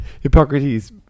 Hippocrates